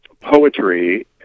poetry